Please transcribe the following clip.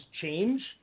change